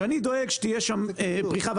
שאני דואג שתהיה שם פריחה.